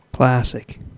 classic